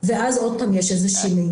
ואז עוד פעם יש איזושהי מעידה.